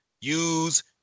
use